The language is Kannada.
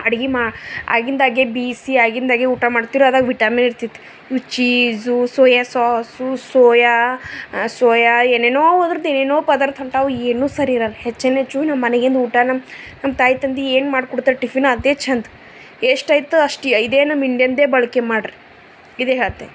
ಅಡಿಗೆ ಮಾ ಆಗಿಂದಾಗೆ ಬೀಸಿ ಆಗಿಂದಾಗೆ ಊಟ ಮಾಡ್ತಿರು ಅದ್ರಾಗ ವಿಟಮಿನ್ ಇರ್ತಿತ್ತು ಇವು cheese soya sauce soya soya ಏನೇನೋ ಅದ್ರದೇನೇನೋ ಪದಾರ್ಥ ಹೊಂಟಾವು ಅವು ಏನು ಸರಿಯಿರಲ್ಲ ಹೆಚ್ಚಿನೆಚ್ಚು ನಮ್ಮಮನೆಗಿಂದ ಊಟ ನಮ್ಮ ನಮ್ಮ ತಾಯಿ ತಂದೆ ಏನು ಮಾಡ್ಕೊಡ್ತರ್ ಟಿಫಿನ್ನು ಅದೇ ಛಂದ್ ಎಷ್ಟೈತೋ ಅಷ್ಟು ಇದೇ ನಮ್ಮ ಇಂಡಿಯನ್ದೇ ಬಳಕೆ ಮಾಡ್ರ ಇದೇ ಹೇಳ್ತೆ